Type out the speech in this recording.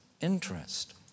interest